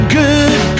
good